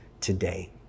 today